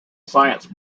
science